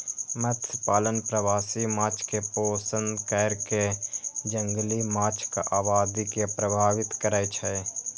मत्स्यपालन प्रवासी माछ कें पोषण कैर कें जंगली माछक आबादी के प्रभावित करै छै